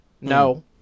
No